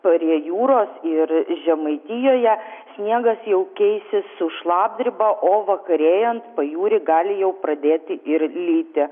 prie jūros ir žemaitijoje sniegas jau keisis su šlapdriba o vakarėjant pajūry gali jau pradėti ir lyti